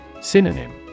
Synonym